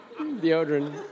Deodorant